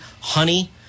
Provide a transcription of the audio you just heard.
honey